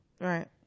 Right